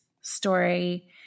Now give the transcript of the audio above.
story